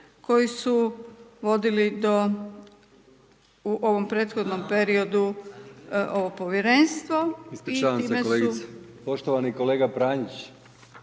koji su vodili to u ovom prethodnom periodu ovo povjerenstvo